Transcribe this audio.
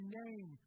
name